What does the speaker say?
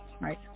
right